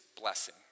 blessing